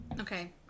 Okay